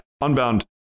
Unbound